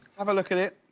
have a look at it,